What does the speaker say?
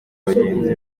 bagenzi